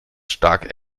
stark